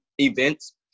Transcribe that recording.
events